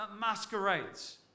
masquerades